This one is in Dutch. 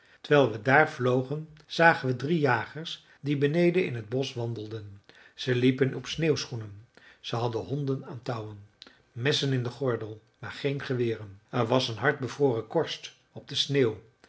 terwijl we daar vlogen zagen we drie jagers die beneden in het bosch wandelden ze liepen op sneeuwschoenen ze hadden honden aan touwen messen in den gordel maar geen geweren er was een hard bevroren korst op de sneeuw